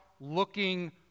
looking